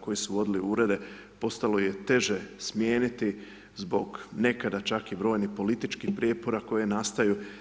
koji su vodili urede, postalo je teže smijeniti zbog nekada čak i brojnih političkih prijepora koji nastaju.